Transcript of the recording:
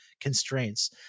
constraints